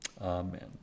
Amen